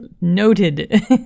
Noted